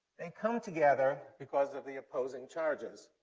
they come together because of the opposing charges.